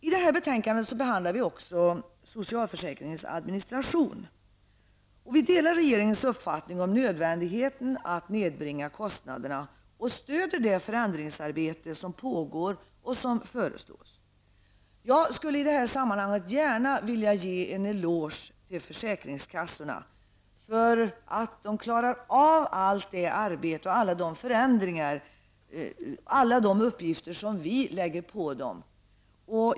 I detta betänkande behandlas även socialförsäkringens administration. Vi delar regeringens uppfattning om nödvändigheten av att nedbringa kostnaderna och stödjer det förändringsarbete som pågår och som föreslås. Jag skulle i detta sammanhang gärna vilja ge en eloge till försäkringskassorna för att de klarar av allt arbete, alla förändringar och alla de uppgifter som vi lägger på dem.